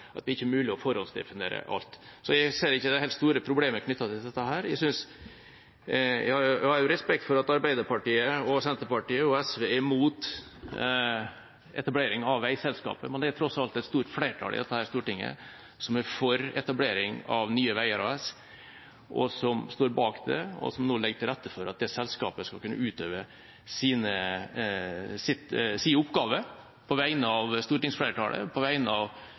at det ikke er mulig å forhåndsdefinere alt. Jeg ser ikke det helt store problemet knyttet til dette. Jeg har respekt for at Arbeiderpartiet, Senterpartiet og SV er imot etablering av veiselskapet, men det er tross alt et stort flertall i dette storting som er for etablering av Nye Veier AS, som står bak det, og som nå legger til rette for at det selskapet skal kunne utøve sin oppgave på vegne av stortingsflertallet, på vegne av